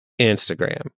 Instagram